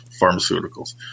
Pharmaceuticals